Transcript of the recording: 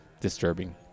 disturbing